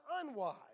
unwise